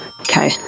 Okay